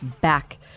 back